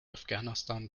afghanistan